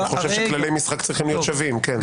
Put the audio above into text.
כללי משחק צריכים להיות שווים אני חושב.